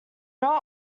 not